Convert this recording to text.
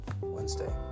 wednesday